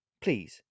please